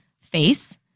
face